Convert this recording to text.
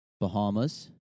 Bahamas